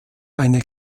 eine